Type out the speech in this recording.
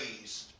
raised